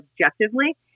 objectively